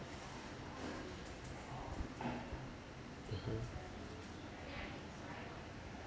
mm